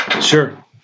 Sure